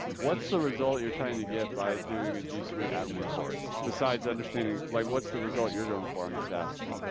what's the result you're trying to get by doing a g suite admin course besides understanding like what's the result you're going for? i'm just asking.